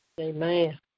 Amen